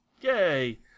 Yay